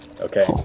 Okay